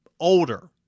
Older